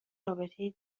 رابطه